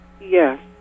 Yes